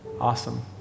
awesome